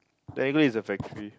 technically it's a factory